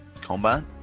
combat